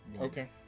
okay